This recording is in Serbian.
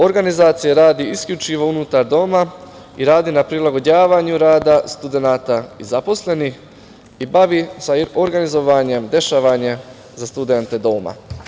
Organizacija radi isključivo unutar doma i radi na prilagođavanju rada studenata i zaposlenih i bavi se organizovanjem dešavanja za studente doma.